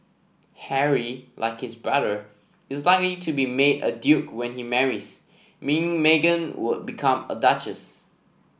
Harry like his brother is likely to be made a duke when he marries meaning Meghan would become a duchess